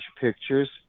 pictures